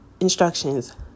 Instructions